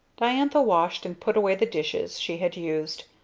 diantha washed and put away the dishes she had used,